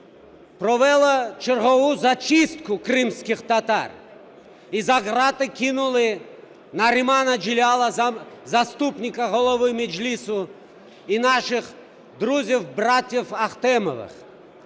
провела чергову зачистку кримських татар і за грати кинули Нарімана Джелялов, заступника голови Меджлісу, і наших друзів братів Ахтемових.